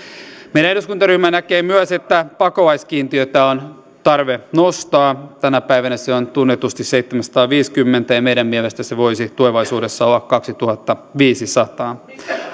meidän eduskuntaryhmämme näkee myös että pakolaiskiintiötä on tarve nostaa tänä päivänä se on tunnetusti seitsemänsataaviisikymmentä ja meidän mielestämme se voisi tulevaisuudessa olla kaksituhattaviisisataa